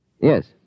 Yes